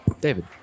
David